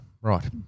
Right